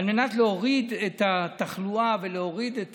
על מנת להוריד את התחלואה ולהוריד את